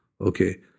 okay